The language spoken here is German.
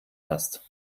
hast